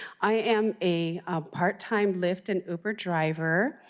i am a part-time lyft and uber driver,